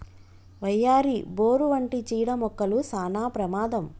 వయ్యారి, బోరు వంటి చీడ మొక్కలు సానా ప్రమాదం